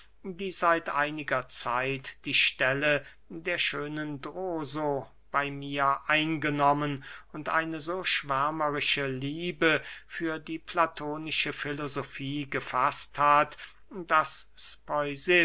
die seit einiger zeit die stelle der schönen droso bey mir eingenommen und eine so schwärmerische liebe für die platonische filosofie gefaßt hat daß